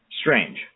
Strange